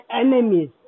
enemies